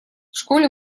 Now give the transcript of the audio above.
школе